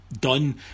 done